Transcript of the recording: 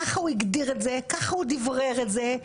ככה הוא הגדיר את זה, ככה הוא דברר את זה.